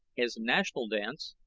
his national dance,